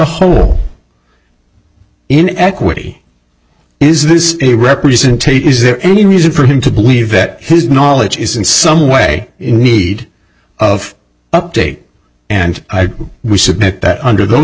whole in equity is this a representation is there any reason for him to believe that his knowledge is in some way in need of update and we submit that under those